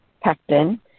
pectin